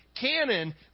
canon